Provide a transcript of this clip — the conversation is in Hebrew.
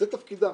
זה תפקידם,